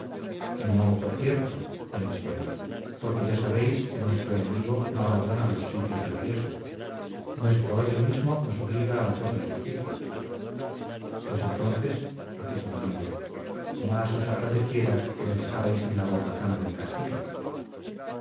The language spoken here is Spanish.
no por cierto contestó él porque ya sabéis que nuestro enemigo no abandona los sitios del riesgo nuestro odio mismo nos obliga a hacerle justicia pues entonces repuso don álvaro más os agradeciera que me dejarais en la barbacana del castillo